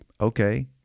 okay